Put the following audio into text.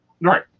Right